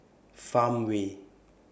Farmway